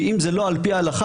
כי אם זה לא על פי ההלכה,